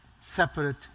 Separate